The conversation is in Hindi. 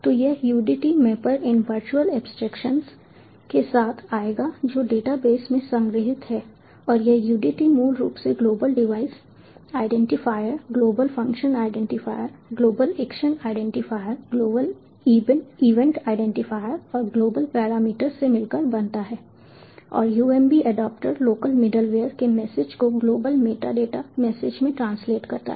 तो यह UDT मैपर इन वर्चुअल एब्स्ट्रैक्ट्सशन के साथ आएगा जो डेटाबेस में संग्रहीत हैं और यह UDT मूल रूप से global device identifier global function identifier global action identifier global event identifier और ग्लोबल पैरामीटर्स से मिलकर बनता है और UMB एडेप्टर लोकल मिडलवेयर के मैसेज को ग्लोबल मेटाडेटा मैसेज में ट्रांसलेट करता है